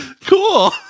Cool